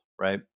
right